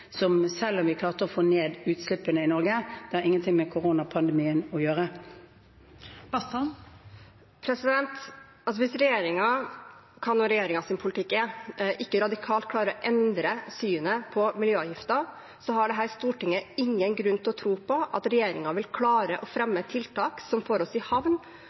selv om vi klarte å få ned utslippene i Norge. Det har ingenting med koronapandemien å gjøre. Det blir oppfølgingsspørsmål – Une Bastholm. Hvis regjeringen – hva nå regjeringens politikk er – ikke radikalt klarer å endre synet på miljøavgifter, har dette stortinget ingen grunn til å tro på at regjeringen vil klare å fremme tiltak som får oss i havn